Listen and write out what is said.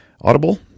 Audible